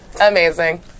Amazing